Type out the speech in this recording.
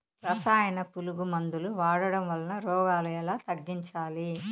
రసాయన పులుగు మందులు వాడడం వలన రోగాలు ఎలా తగ్గించాలి?